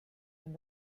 wenn